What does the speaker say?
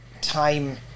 time